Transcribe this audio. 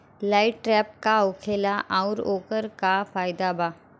Light trap का होखेला आउर ओकर का फाइदा बा?